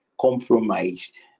compromised